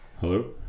Hello